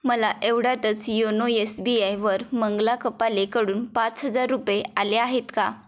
मला एवढ्यातच YONO S B आयवर मंगला कपालेकडून पाच हजार रुपये आले आहेत का